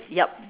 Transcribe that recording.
yup